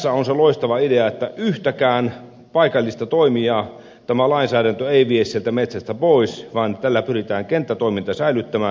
tässä on se loistava idea että yhtäkään paikallista toimijaa tämä lainsäädäntö ei vie sieltä metsästä pois vaan tällä pyritään kenttätoiminta säilyttämään